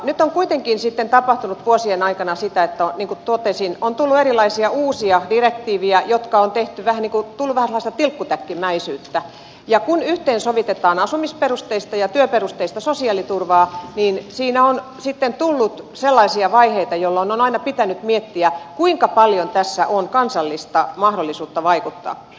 nyt on kuitenkin sitten tapahtunut vuosien aikana sitä niin kuin totesin että on tullut erilaisia uusia direktiivejä niin että on tullut vähän sellaista tilkkutäkkimäisyyttä ja kun yhteensovitetaan asumisperusteista ja työperusteista sosiaaliturvaa niin siinä on sitten tullut sellaisia vaiheita jolloin on aina pitänyt miettiä kuinka paljon tässä on kansallista mahdollisuutta vaikuttaa